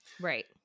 Right